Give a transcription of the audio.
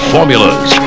Formulas